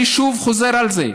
אני שוב חוזר על זה.